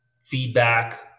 feedback